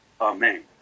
Amen